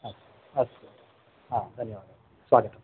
अस्तु अस्तु हा धन्यवादः स्वागतम्